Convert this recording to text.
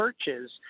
churches